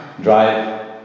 drive